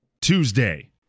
Tuesday